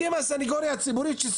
אתם הסנגוריה הציבורית.